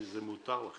וזה מותר.